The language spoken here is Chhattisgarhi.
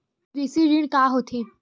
कृषि ऋण का होथे?